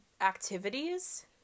activities